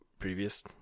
previous